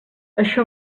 això